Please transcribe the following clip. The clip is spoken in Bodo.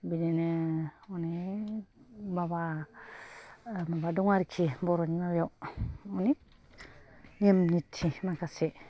बिदिनो अनेख माबा माबा दं आरोखि बर'नि माबायाव अनेक नेम निथि माखासे